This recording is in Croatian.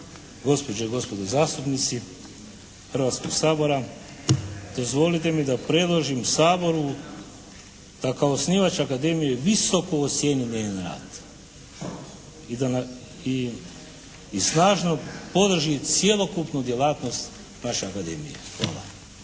gospođe i gospodo zastupnici Hrvatskog sabora dozvolite mi da predložim Saboru da kao osnivač Akademije visoko ocijenjen njen rad i da na, i snažno podrži cjelokupnu djelatnost naše Akademije. Hvala.